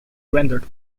rendered